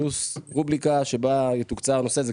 פלוס רובליקה שבה יתוקצר הנושא הזה,